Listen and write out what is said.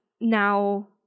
now